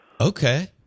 Okay